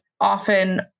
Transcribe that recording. often